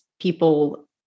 people